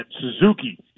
Suzuki